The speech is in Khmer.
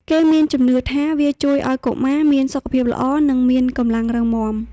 គេមានជំនឿថាវាជួយឱ្យកុមារមានសុខភាពល្អ និងមានកម្លាំងរឹងមាំ។